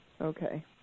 Okay